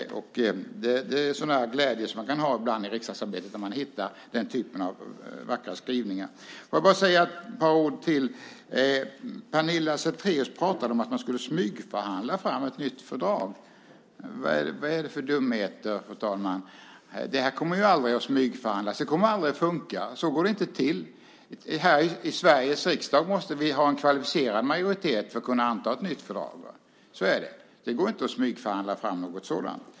När man hittar den typen av vackra skrivningar är det sådant man kan glädjas åt. Låt mig säga ytterligare ett par ord. Pernilla Zethraeus säger att man skulle smygförhandla fram ett nytt fördrag. Vad är det för dumheter, fru talman? Det kommer aldrig att smygförhandlas. Det skulle aldrig fungera. Så går det inte till. I Sveriges riksdag måste vi ha kvalificerad majoritet för att kunna anta ett nytt fördrag. Så är det. Det går inte att smygförhandla fram något sådant.